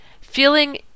feeling